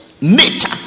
nature